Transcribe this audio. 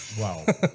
Wow